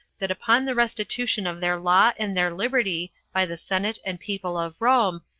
that upon the restitution of their law and their liberty, by the senate and people of rome,